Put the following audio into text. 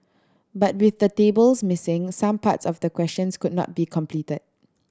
but with the tables missing some parts of the questions could not be completed